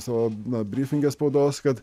savo na brifinge spaudos kad